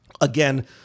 again